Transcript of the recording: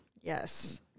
Yes